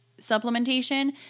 supplementation